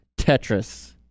Tetris